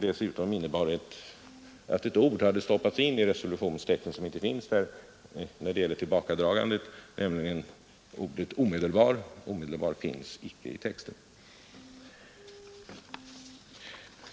Dessutom hade ett ord som inte finns där stoppats in i resolutionstexten om tillbakadragandet, nämligen ordet ”omedelbart” — ”omedelbart” finns icke i texten.